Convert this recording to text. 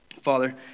Father